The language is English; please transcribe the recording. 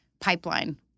pipeline